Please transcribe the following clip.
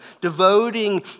devoting